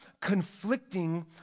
conflicting